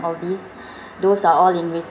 these those are all in written